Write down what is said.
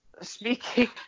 speaking